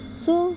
so